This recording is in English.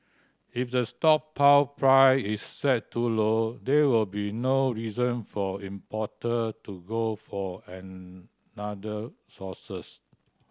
if the stockpile price is set too low there will be no reason for importer to go for another sources